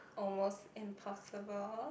almost impossible